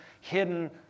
hidden